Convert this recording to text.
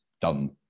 done